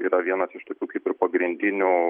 yra vienas iš tokių kaip ir pagrindinių